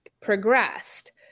progressed